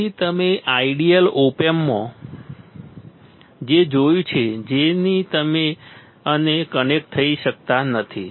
તેથી તમે ideal op એમ્પમાં જે જોયું છે તેની જેમ તમે કનેક્ટ થઈ શકતા નથી